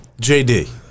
JD